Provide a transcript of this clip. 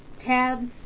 tabs